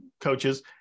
coaches